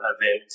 event